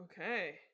Okay